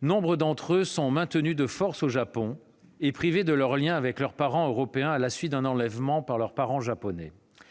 nombre d'entre eux sont maintenus de force au Japon et privés de leur lien avec leur parent européen à la suite d'un enlèvement par leur parent japonais.